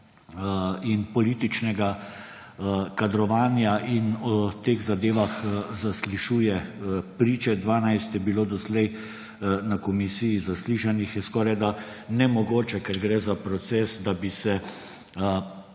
in političnega kadrovanja in o teh zadevah zaslišuje priče, 12 jih je bilo doslej na komisiji zaslišanih, je skorajda nemogoče, ker gre za proces, da bi se